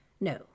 No